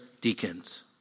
deacons